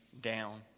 down